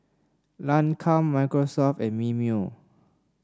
Lancome Microsoft and Mimeo